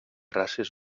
races